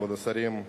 כבוד השרים,